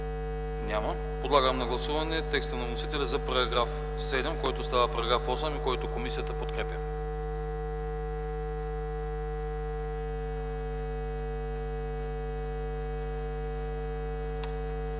Няма. Подлагам на гласуване текста на вносителя за § 81, който става § 89 и който комисията подкрепя.